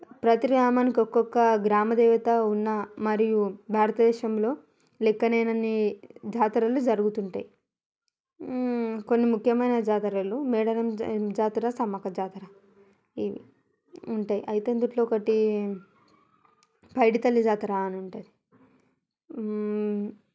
ప్రతి గ్రామానికి ఒక్కొక్క గ్రామ దేవత ఉన్న మరియు భారత దేశంలో లెక్కలేనన్ని జాతరలు జరుగుతూ ఉంటాయి కొన్ని ముఖ్యమైన జాతరలు మేడారం జాతర సమ్మక్క జాతర ఇవి ఉంటాయి అయితే ఇందులో ఒకటి పైడితల్లి జాతర అని ఉంటుంది